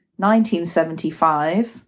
1975